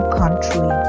country